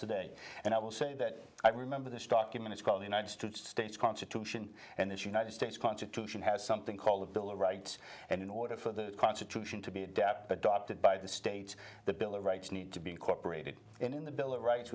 today and i will say that i remember this document is called the united states constitution and it's united states constitution has something called the bill of rights and in order for the constitution to be adept adopted by the states the bill of rights need to be incorporated in the bill of rights